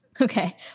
okay